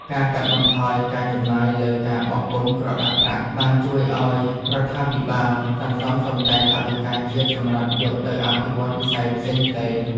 ការកាត់បន្ថយការចំណាយលើការបោះពុម្ពក្រដាសប្រាក់បានជួយឱ្យរដ្ឋាភិបាលសន្សំសំចៃថវិកាជាតិសម្រាប់យកទៅអភិវឌ្ឍវិស័យផ្សេងៗ។